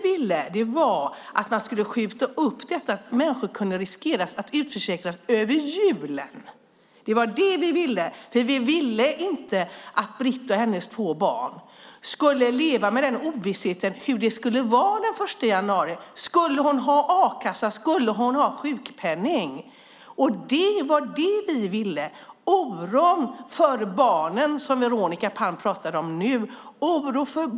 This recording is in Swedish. Vad vi ville var att man skulle skjuta upp detta så att människor inte skulle riskera att utförsäkras under julen. Det var vad vi ville. Vi ville inte att Britt och hennes två barn skulle leva med ovissheten hur det skulle vara den 1 januari. Skulle hon ha a-kassa, eller skulle hon ha sjunkpenning? Det var vad vi ville. Veronica Palm talade om oron för barnen.